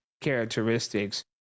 characteristics